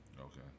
Okay